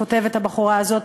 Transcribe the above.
כותבת הבחורה הזאת,